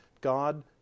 God